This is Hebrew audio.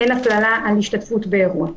אין הפללה על השתתפות באירוע.